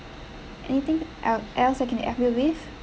anything el~ else I can help you with